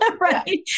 Right